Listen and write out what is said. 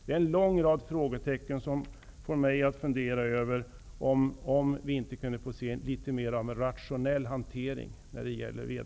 En lång rad frågetecken får mig att undra om man inte skulle kunna hantera Vedabron mera rationellt.